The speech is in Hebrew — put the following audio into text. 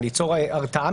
או ליצור הרתעה,